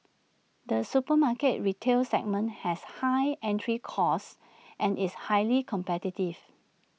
the supermarket retail segment has high entry costs and is highly competitive